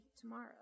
tomorrow